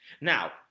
Now